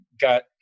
got